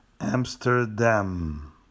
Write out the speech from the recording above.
amsterdam